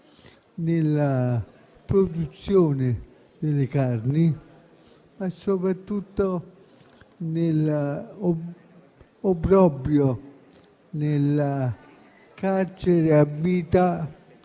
nella produzione delle carni e soprattutto nell'obbrobrio del carcere a vita